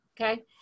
okay